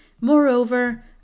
Moreover